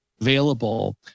available